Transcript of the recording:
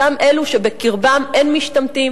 אותם אלה שבקרבם אין משתמטים,